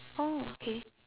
oh okay